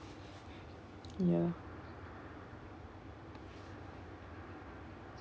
ya